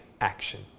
action